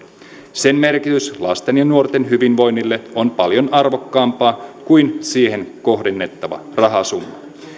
sen merkitys lasten ja nuorten hyvinvoinnille on paljon arvokkaampaa kuin siihen kohdennettava rahasumma